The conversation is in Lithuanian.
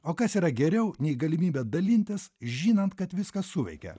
o kas yra geriau nei galimybė dalintis žinant kad viskas suveikia